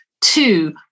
two